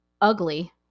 ugly